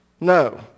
No